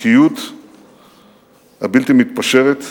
הערכיות הבלתי-מתפשרת.